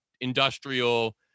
industrial